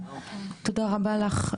תודה רבה לך,